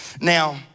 now